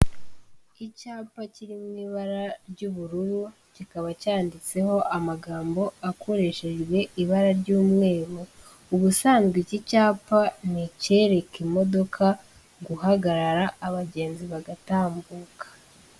Icyapa kiri mu ibara ry'ubururu, kikaba cyanditseho amagambo akoreshejwe ibara ry'umweru, ubusanzwe iki cyapa ni icyereka imodoka guhagarara, abagenzi bagatambuka.